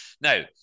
Now